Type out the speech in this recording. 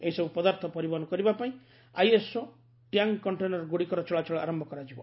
ଏହିସବୁ ପଦାର୍ଥ ପରିବହନ କରିବା ପାଇଁ ଆଇଏସ୍ଓ ଟ୍ୟାଙ୍କ କଣ୍ଟେନରଗୁଡ଼ିକରୁ ଚଳାଚଳ ଆରମ୍ଭ କରାଯିବ